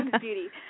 beauty